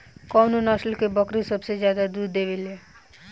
कउन नस्ल के बकरी सबसे ज्यादा दूध देवे लें?